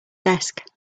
desk